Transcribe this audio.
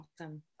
Awesome